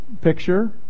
picture